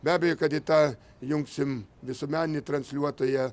be abejo kad į tą jungsim visuomeninį transliuotoją